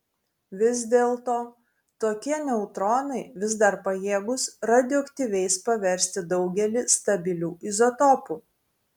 vis dėlto tokie neutronai vis dar pajėgūs radioaktyviais paversti daugelį stabilių izotopų